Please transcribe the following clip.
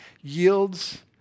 yields